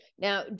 Now